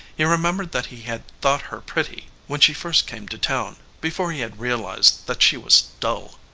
he remembered that he had thought her pretty when she first came to town, before he had realized that she was dull.